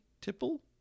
Tipple